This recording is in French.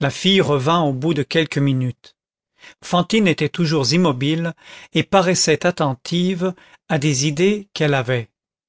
la fille revint au bout de quelques minutes fantine était toujours immobile et paraissait attentive à des idées qu'elle avait